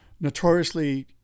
notoriously